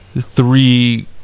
Three